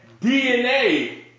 DNA